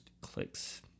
clicks